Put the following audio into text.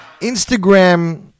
Instagram